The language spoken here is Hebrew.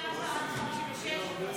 54 56, להסיר.